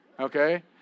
Okay